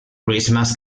christmas